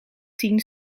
tien